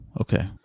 okay